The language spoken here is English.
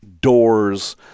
doors